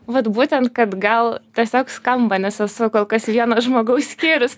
vat būtent kad gal tiesiog skamba nes esu kol kas vieno žmogaus skyrius